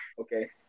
Okay